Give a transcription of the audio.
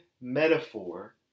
metaphor